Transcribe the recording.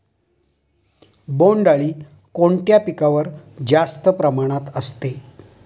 बोंडअळी कोणत्या पिकावर जास्त प्रमाणात असते?